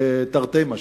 תרתי משמע,